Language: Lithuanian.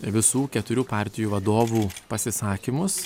visų keturių partijų vadovų pasisakymus